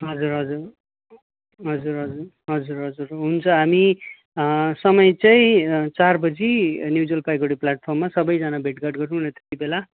हजुर हजुर हजुर हजुर हजुर हजुर हुन्छ हामी समय चाहिँ चार बजी न्यू जलपाइगुडी प्ल्याटफर्ममा सबैजना भेटघाट गरौँ न त्यति बेला